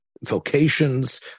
vocations